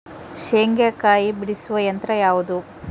ಶೇಂಗಾಕಾಯಿ ಬಿಡಿಸುವ ಯಂತ್ರ ಯಾವುದು?